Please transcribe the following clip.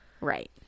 Right